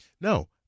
No